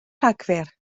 rhagfyr